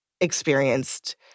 experienced